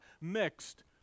Mixed